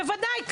בוודאי.